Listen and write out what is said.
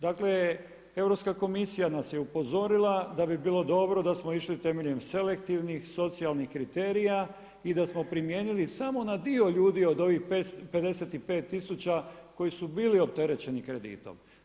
Dakle Europska komisija nas je upozorila da bi bilo dobro da smo išli temeljem selektivnih socijalnih kriterija i da smo primijenili samo na dio ljudi od ovih 55 tisuća koji su bili opterećeni kreditom.